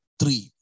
three